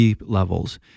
levels